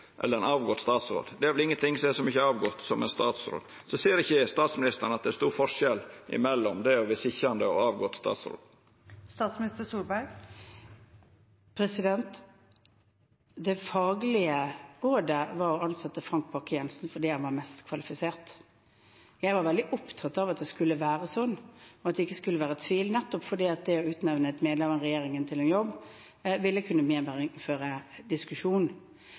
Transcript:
det er vel ingen som vert så avgått som ein statsråd. Ser ikkje statsministeren at det er stor forskjell på det å vera sitjande statsråd og å vera ein statsråd som har gått av? Det faglige rådet var å ansette Frank Bakke-Jensen fordi han var best kvalifisert. Jeg var veldig opptatt av at det skulle være sånn, og at det ikke skulle være tvil, nettopp fordi det å utnevne et medlem av regjeringen til en jobb ville kunne medføre diskusjon.